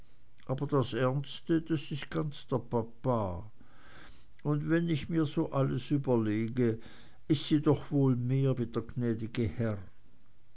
aber das ernste das ist ganz der papa und wenn ich mir so alles überlege ist die doch wohl mehr wie der gnädige herr